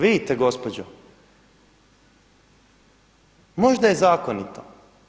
Vidite gospođo možda je zakonito.